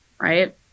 right